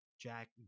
jack